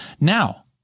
Now